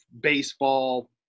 baseball